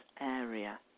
area